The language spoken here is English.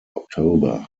october